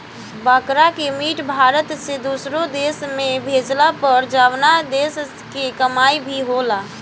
बकरा के मीट भारत से दुसरो देश में भेजाला पर जवना से देश के कमाई भी होला